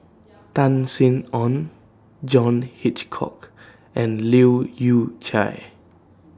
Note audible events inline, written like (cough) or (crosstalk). (noise) Tan Sin Aun John Hitchcock and Leu Yew Chye